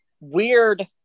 Weird